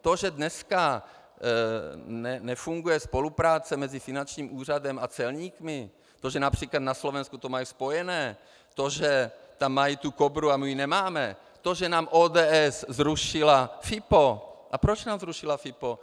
To, že dneska nefunguje spolupráce mezi finančním úřadem a celníky, to, že například na Slovensku to mají spojené, to, že tam mají tu Kobru a my ji nemáme, to, že nám ODS zrušila FIPO a proč nám zrušila FIPO?